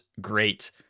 great